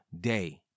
day